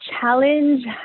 challenge